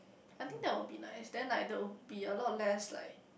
I think that would be nice then like there'll be a lot less like